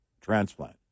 transplant